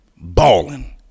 Balling